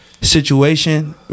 situation